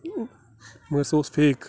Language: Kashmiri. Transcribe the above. مگر سُہ اوس فیک